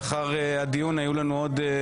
לאחר הדיון היו לנו עוד